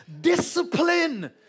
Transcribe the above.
discipline